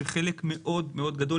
שחלק מאוד מאוד גדול,